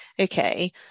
okay